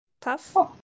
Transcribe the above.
Puff